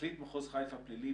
פרקליט מחוז חיפה (פלילי),